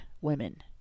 women